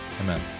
amen